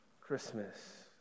Christmas